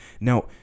now